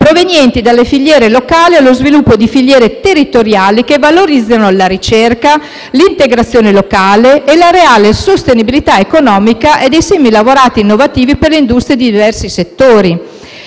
provenienti dalle filiere locali, allo sviluppo di filiere territoriali che valorizzano la ricerca, l'integrazione locale e la reale sostenibilità economica dei semilavorati innovativi per le industrie di diversi settori